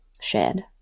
shared